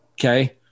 Okay